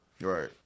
right